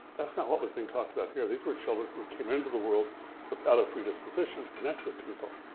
that's not what was being talked about here. these were children who came into the world without a predisposition to connect with people.